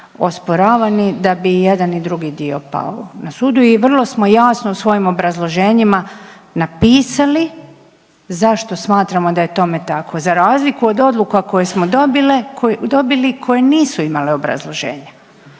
osporavani da bi i jedan i drugi dio pao na sudu. I vrlo smo jasno u svojim obrazloženjima napisali zašto smatramo da je tome tako, za razliku od odluka koje smo dobile dobili koji nisu imali obrazloženje.